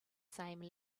same